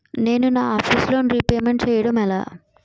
నేను నా office loan repayment చేయడం ఎలా?